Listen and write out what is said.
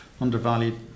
undervalued